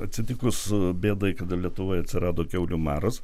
atsitikus bėdai kada lietuvoj atsirado kiaulių maras